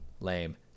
lame